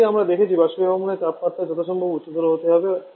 যেমনটি আমরা দেখেছি বাষ্পীভবনের তাপমাত্রা যথাসম্ভব উচ্চতর হতে হবে